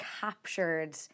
captured